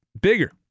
bigger